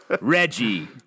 Reggie